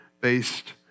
based